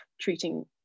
treating